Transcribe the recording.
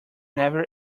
never